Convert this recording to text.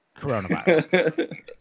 coronavirus